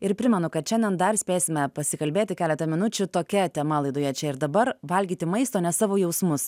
ir primenu kad šiandien dar spėsime pasikalbėti keleta minučių tokia tema laidoje čia ir dabar valgyti maistą o ne savo jausmus